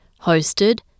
hosted